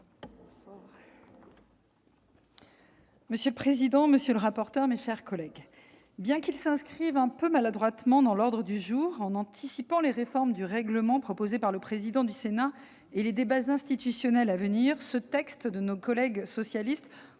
Monsieur le président, monsieur le rapporteur, mes chers collègues, bien que son examen vienne s'inscrire un peu maladroitement dans l'ordre du jour, en anticipant les réformes du règlement proposées par le président du Sénat et les débats institutionnels à venir, ce texte de nos collègues du groupe